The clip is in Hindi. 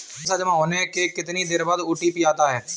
पैसा जमा होने के कितनी देर बाद ओ.टी.पी आता है?